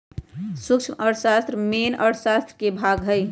सूक्ष्म अर्थशास्त्र मेन अर्थशास्त्र के भाग हई